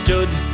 Stood